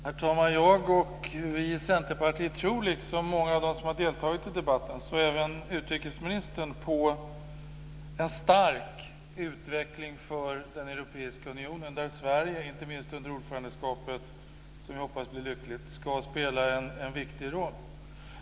Herr talman! Jag och vi i Centerpartiet tror, liksom många av dem som har deltagit i debatten - så även utrikesministern - på en stark utveckling för den europeiska unionen, där Sverige inte minst under ordförandeskapet, som jag hoppas blir lyckosamt, ska spela en viktig roll.